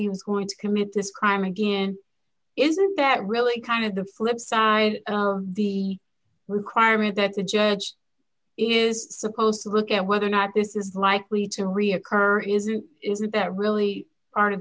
he was going to commit this crime again isn't that really kind of the flip side the requirement that the judge is supposed to look at whether or not this is likely to reoccur isn't isn't that really par